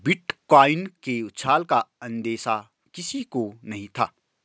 bitcoin के उछाल का अंदेशा किसी को नही था